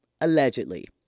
allegedly